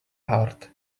heart